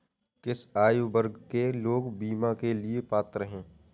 किस आयु वर्ग के लोग बीमा के लिए पात्र हैं?